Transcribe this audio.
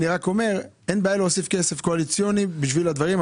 אין בעיה להוסיף כסף קואליציוני בשביל הדברים,